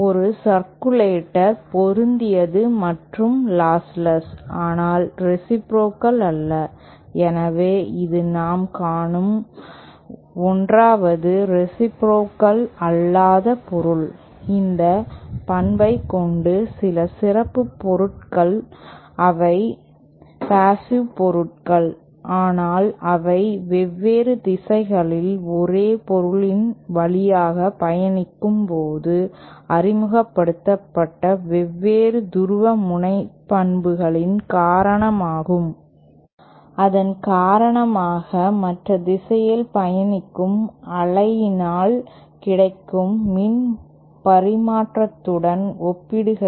ஒரு சர்க்குலேட்டர் பொருந்தியது மற்றும் லாஸ்லெஸ் ஆனால் ரேசிப்ரோகல் அல்ல எனவே இது நாம் காணும் 1 வது ரேசிப்ரோகல் அல்லாத பொருள் இந்த பண்பை கொண்ட சில சிறப்பு பொருட்கள் அவை பேஷிவ் பொருட்கள் ஆனால் அலை வெவ்வேறு திசைகளில் ஒரே பொருளின் வழியாக பயணிக்கும் போது அறிமுகப்படுத்தப்பட்ட வெவ்வேறு துருவமுனைப்புகளின் காரணமாகும் அதன் காரணமாக மற்ற திசையில் பயணிக்கும் அலையினால் கிடைக்கும் மின் பரிமாற்றத்துடன் ஒப்பிடுகையில்